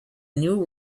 new